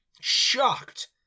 shocked